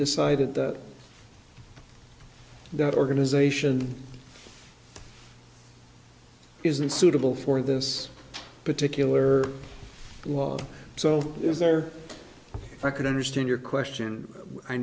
decided that the organization isn't suitable for this particular law so is there if i could understand your question i